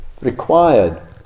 required